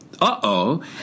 uh-oh